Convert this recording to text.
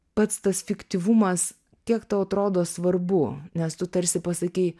pats tas fiktyvumas kiek tau atrodo svarbu nes tu tarsi pasakei